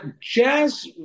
jazz